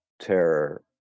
terror